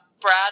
Brad